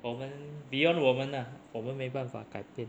我们 beyond 我们 lah 我们没办法改变